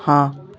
हाँ